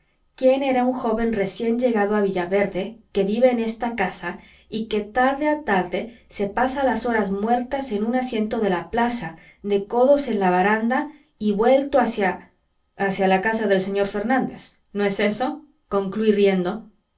quien era un joven recién llegado a villaverde que vive en esta casa y que tarde a tarde se pasa las horas muertas en un asiento de la plaza de codos en la baranda y vuelto hacia hacia la casa del señor fernández no es eso concluí riendo